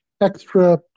extra